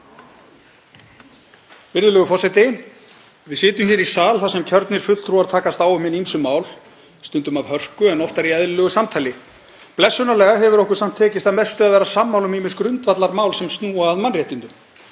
Virðulegur forseti. Við sitjum hér í sal þar sem kjörnir fulltrúar takast á um hin ýmsu mál, stundum af hörku en oftar í eðlilegu samtali. Blessunarlega hefur okkur samt að mestu tekist að vera sammála um ýmis grundvallarmál sem snúa að mannréttindum.